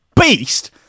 beast